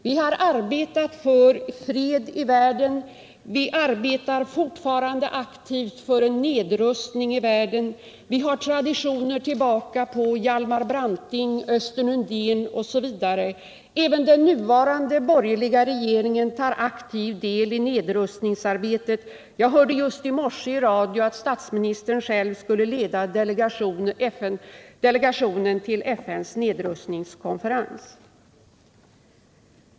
Vi har arbetat för fred i världen, vi arbetar fortfarande aktivt för en nedrustning i världen, vi har traditioner från Hjalmar Branting, Östen Undén osv. Även den nuvarande borgerliga regeringen tar aktiv del i nedrustningsarbetet. Jag hörde just i morse i radio att statsministern själv skulle leda delegationen till FN:s nedrustningskonferens.